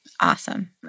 Awesome